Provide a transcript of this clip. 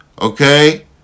Okay